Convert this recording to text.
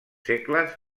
segles